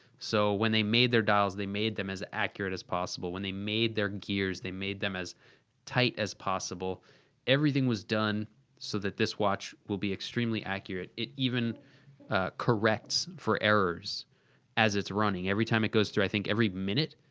so when they made their dials, they made them as accurate as possible. when they made their gears, they made them as tight as possible. c everything was done so that this watch will be extremely accurate. it even corrects for errors as it's running. every time it goes through, i think, every minute,